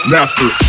Master